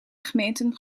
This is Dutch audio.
gemeenten